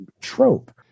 trope